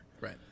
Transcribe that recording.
Right